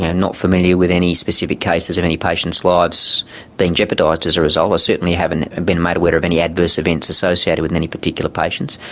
and not familiar with any specific cases of any patients' lives being jeopardised as a result. i certainly haven't been made aware of any adverse events associated with any particular patients.